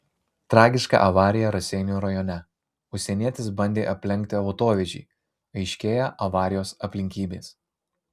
tragiška avarija raseinių rajone užsienietis bandė aplenkti autovežį aiškėja avarijos aplinkybės